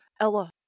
ella